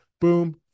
Boom